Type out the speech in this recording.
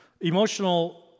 emotional